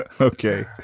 Okay